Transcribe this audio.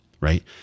right